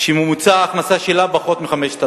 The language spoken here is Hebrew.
בזמן הקונגרס הציוני הגדול חיו בארץ-ישראל